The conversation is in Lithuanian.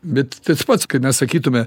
bet tas pats kai mes sakytume